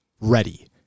ready